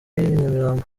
nyamirambo